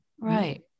Right